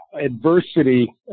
adversity